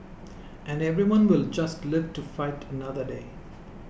and everyone will just live to fight another day